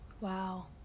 Wow